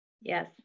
Yes